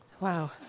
wow